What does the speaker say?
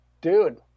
dude